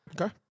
Okay